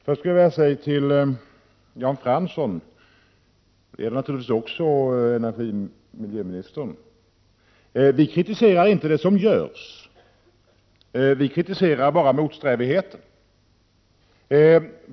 Herr talman! Jag vill säga till Jan Fransson och naturligtvis också till miljöministern, att vi inte kritiserar det som görs, vi kritiserar bara motsträvigheten.